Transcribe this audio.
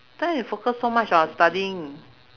don't need to focus so much our studying